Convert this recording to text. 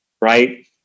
right